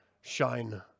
shine